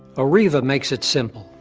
arriva makes it simple.